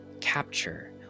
capture